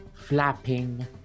flapping